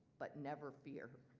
but never fear,